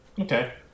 okay